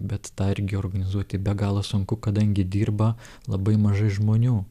bet tą irgi organizuoti be galo sunku kadangi dirba labai mažai žmonių